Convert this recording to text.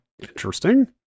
interesting